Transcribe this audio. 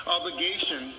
obligation